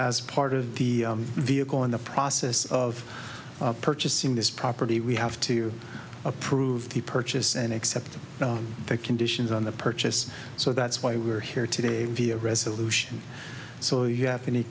as part of the vehicle in the process of purchasing this property we have to approve the purchase and accept the conditions on the purchase so that's why we're here today via resolution so you have any